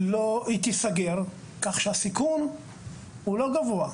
היא תיסגר, כך שהסיכון הוא לא גבוה.